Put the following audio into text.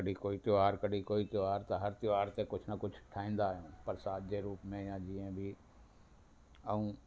कॾहिं कोई त्योहार कॾहिं कोई त्योहार त हर त्योहार ते कुझु न कुझु ठाहींदा आहियूं प्रसाद जे रूप में यां जीअं बि ऐं